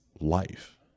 life